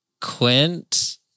Quint